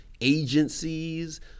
agencies